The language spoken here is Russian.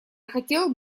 хотел